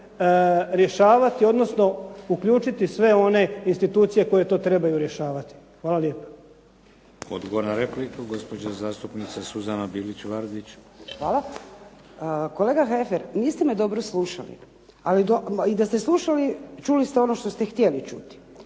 rješavati, odnosno uključiti sve one institucije koje to trebaju rješavati. Hvala lijepo. **Šeks, Vladimir (HDZ)** Odgovor na repliku gospođa zastupnica Suzana Bilić Vardić. **Bilić Vardić, Suzana (HDZ)** Hvala. Kolega Heffer niste me dobro slušali. Ali i da ste slušali čuli ste ono što ste htjeli čuti.